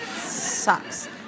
Sucks